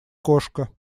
кошка